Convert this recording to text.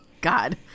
God